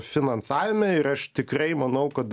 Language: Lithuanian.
finansavime ir aš tikrai manau kad